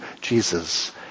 Jesus